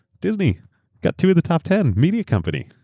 disney got two of the top ten media companies.